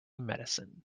medicine